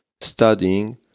Studying